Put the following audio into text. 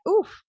oof